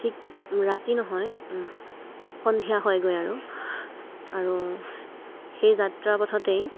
ঠিক ৰাতি নহয় সন্ধিয়া হয়গৈ আৰু আৰু সেই যাত্ৰা পথতেই